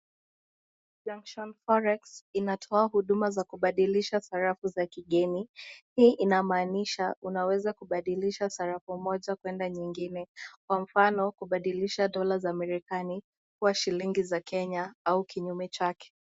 Junction Forex inatoa huduma za kubadilisha sarafu za kigeni. Hii inamaanisha unaweza kubadilisha sarafu moja kwenda nyingine. Kwa mfano, kubadilisha dola za Marekani kwa shilingi za Kenya au kinyume chake.